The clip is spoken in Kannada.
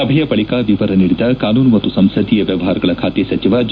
ಸಭೆಯ ಬಳಕ ವಿವರ ನೀಡಿದ ಕಾನೂನು ಮತ್ತು ಸಂಸದೀಯ ವ್ಯವಹಾರಗಳ ಖಾತೆ ಸಚಿವ ಜೆ